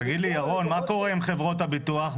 תגיד לי ירון, מה קורה עם חברות הביטוח?